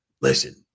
listen